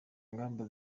ngamba